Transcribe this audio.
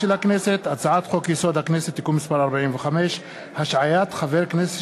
הכנסת: הצעת חוק-יסוד: הכנסת (תיקון מס' 45) (השעיית חבר הכנסת